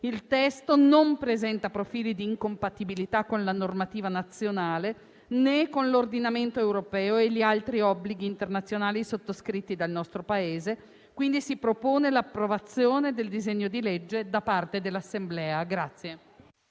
Il testo non presenta profili di incompatibilità con la normativa nazionale né con l'ordinamento europeo e gli altri obblighi internazionali sottoscritti dal nostro Paese e, quindi, si propone l'approvazione del disegno di legge da parte dell'Assemblea.